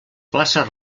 places